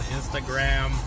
Instagram